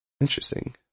Interesting